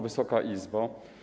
Wysoka Izbo!